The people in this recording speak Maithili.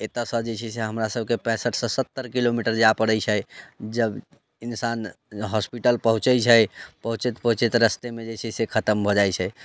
एतयसँ जे छै हमरासभके पैंसठिसँ सत्तरि किलोमीटर जाय पड़ैत छै जब इन्सान हॉस्पिटल पहुँचैत छै पहुँचैत पहुँचैत रास्तेमे जे छै से खतम भऽ जाइत छै